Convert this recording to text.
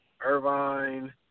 Irvine